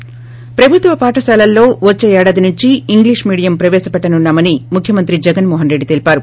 ి ప్రభుత్వ పాఠశాలల్లో వచ్చే ఏడాది నుంచి ఇంగ్లిష్ మీడియం ప్రవేశపెట్టనున్నా మని ముఖ్యమంత్రి జగస్ మోహన్ రెడ్డి తెలిపారు